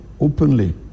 openly